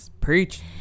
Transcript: preach